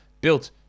built